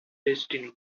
destiny